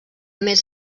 més